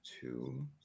two